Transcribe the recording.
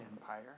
Empire